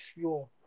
sure